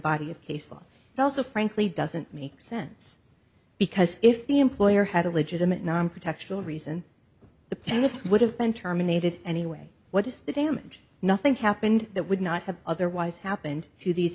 body of case law but also frankly doesn't make sense because if the employer had a legitimate non protect children isn't the pain this would have been terminated anyway what is the damage nothing happened that would not have otherwise happened to these